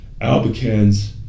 Albicans